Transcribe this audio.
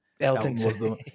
elton